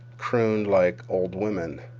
crooned like old women.